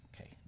Okay